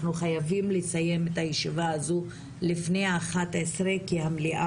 אנחנו חייבים לסיים את הישיבה הזו לפני אחת עשרה כי המליאה